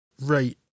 right